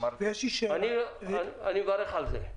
אני מברך על זה.